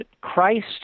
Christ